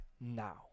now